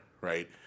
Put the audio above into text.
right